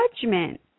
judgment